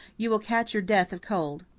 you will catch your death of cold.